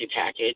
package